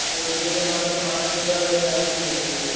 दो बजे के बाद आप पाँच बजे वाले बैच में ले लीजिए